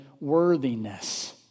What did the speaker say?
worthiness